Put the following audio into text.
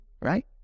right